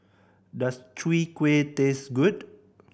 does Chwee Kueh taste good